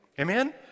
Amen